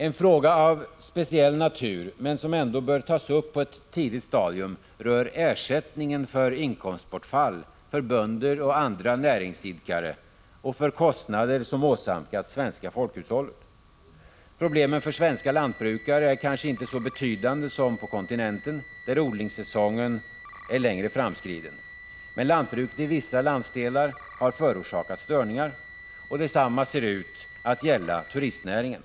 En fråga som är av speciell natur men som ändå bör tas upp på ett tidigt stadium rör ersättningen för inkomstbortfall för bönder och andra näringsidkare och ersättning för kostnader som åsamkats det svenska folkhushållet. Problemen för svenska lantbrukare är kanske inte så betydande som problemen på kontinenten, där odlingssäsongen är längre framskriden. Men lantbruket i vissa landsdelar har förorsakats störningar. Detsamma ser ut att gälla turistnäringen.